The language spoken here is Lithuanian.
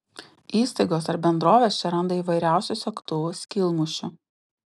įstaigos ar bendrovės čia randa įvairiausių segtuvų skylmušių